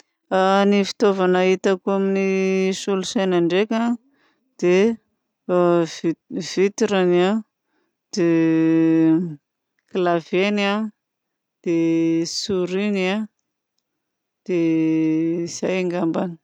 Ny fitaovana hitako amin'ny solosaina ndraika dia ny vitrany dia clavieny dia sourie-ny. Dia izay ngambany.